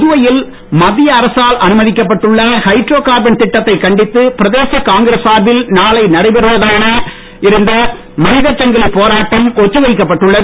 புதுவையில் மத்திய அரசால் அனுமதிக்கப் பட்டுள்ள ஹைட்ரோ கார்பன் திட்டத்தைக் கண்டித்து பிரதேச காங்கிரஸ் சார்பில் நாளை நடைபெறுவதான இருந்த மனிதச்சங்கில் போராட்டம் ஒத்திவைக்கப் பட்டுள்ளது